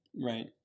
Right